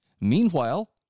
Meanwhile